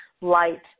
light